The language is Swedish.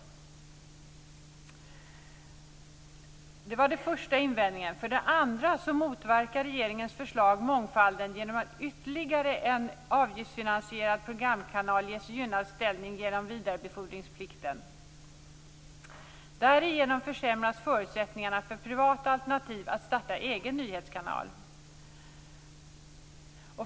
För det andra motverkar regeringens förslag mångfalden genom att ytterligare en avgiftsfinansierad programkanal ges en gynnad ställning genom vidarebefordringsplikten. Därigenom försämras förutsättningarna för privata alternativ att starta en egen nyhetskanal.